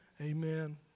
Amen